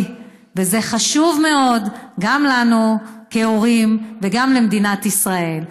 וזה חשוב מאוד גם לנו כהורים וגם למדינת ישראל.